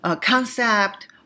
concept